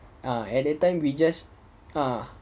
err at that time we just ah